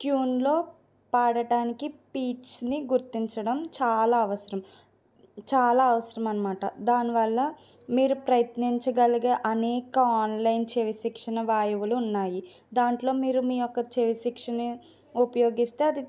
ట్యూన్లో పాడటానికి పిచ్ని గుర్తించడం చాలా అవసరం చాలా అవసరం అన్నమాట దానివల్ల మీరు ప్రయత్నించగలిగే అనేక ఆన్లైన్ చెవి శిక్షణ వాయువులు ఉన్నాయి దాంట్లో మీరు మీయొక్క చెవి శిక్షణ ఉపయోగిస్తే అది